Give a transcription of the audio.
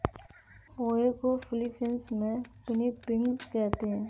पोहे को फ़िलीपीन्स में पिनीपिग कहते हैं